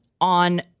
on